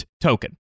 token